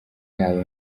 yayo